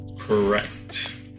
correct